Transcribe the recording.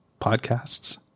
Podcasts